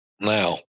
Now